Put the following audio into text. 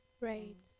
right